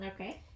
Okay